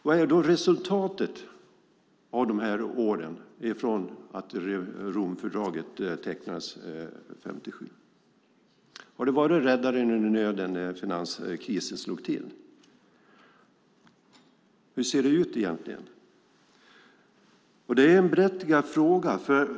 Vad är då resultatet av de här åren från att Romfördraget undertecknades 1957? Var det räddaren i nöden när finanskrisen slog till? Hur ser det ut egentligen? Det är en berättigad fråga.